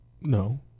No